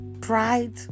pride